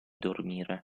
dormire